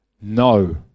No